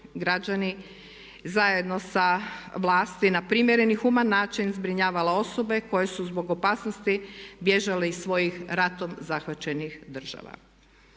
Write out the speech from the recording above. građani zajedno sa vlasti na primjeren i human način zbrinjavala osobe koje su zbog opasnosti bježale iz svojih ratom zahvaćenih država.